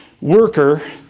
worker